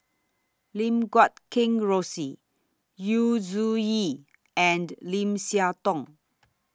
Lim Guat Kheng Rosie Yu Zhuye and Lim Siah Tong